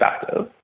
perspective